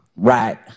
Right